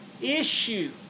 issue